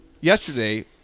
yesterday